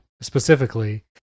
specifically